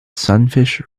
sunfish